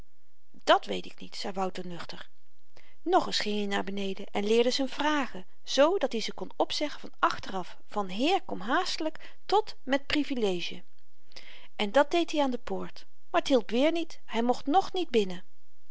dat weet ik niet zei wouter nuchter nogeens ging i naar beneden en leerde z'n vragen z dat-i ze kon opzeggen van achter af van heer kom haastelyk tot met privilegie en dat deed i aan de poort maar t hielp weer niet hy mocht nog niet binnen